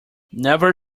never